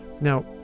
Now